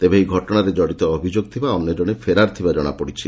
ତେବେ ଏହି ଘଟଣାରେ ଜଡ଼ିତ ଅଭିଯୋଗ ଥିବା ଅନ୍ୟ ଜଣେ ଫେରାର୍ ଥିବା ଜଣାପଡ଼ିଛି